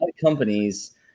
companies